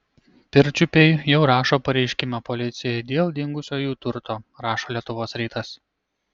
pirčiupiai jau rašo pareiškimą policijai dėl dingusio jų turto rašo lietuvos rytas